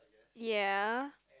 ya